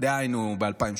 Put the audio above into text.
דהיינו, ב-2018,